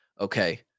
okay